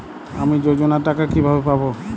আমি যোজনার টাকা কিভাবে পাবো?